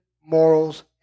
morals